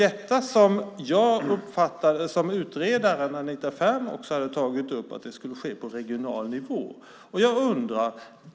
Jag uppfattade att utredaren Anita Ferm hade tagit upp att det skulle ske på regional nivå.